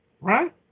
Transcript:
Right